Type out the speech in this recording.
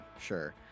sure